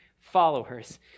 followers